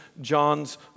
John's